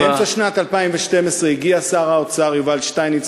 באמצע שנת 2012 הגיע שר האוצר יובל שטייניץ